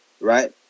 right